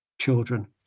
children